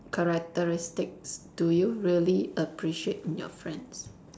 characteristics do you really appreciate in your friends